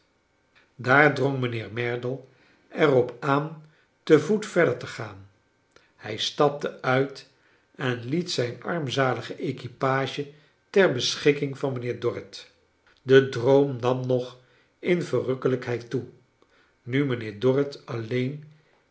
daar drong mijnheer merdle er op aan te voet verder te gaan hij stapte uit en liet zijn armzalige equipage ter beschikking van mijnheer dorrit de droom nam nog in verrukkelijkheid toe nu mijnheer dorrit alleen